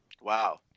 wow